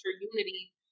Unity